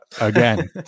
again